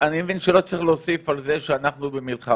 אני מבין שלא צריך להוסיף על זה שאנחנו במלחמה.